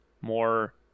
more